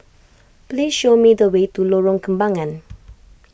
please show me the way to Lorong Kembagan